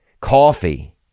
coffee